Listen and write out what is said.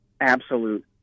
absolute